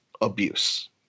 Abuse